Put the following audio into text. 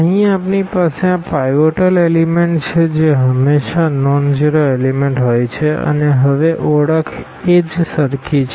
અહીં આપણી પાસે આ પાઈવોટલ એલીમેન્ટછે જે હંમેશાં નોનઝીરો એલીમેન્ટ હોય છે અને હવે ઓળખ એજ સરખી છે